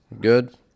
good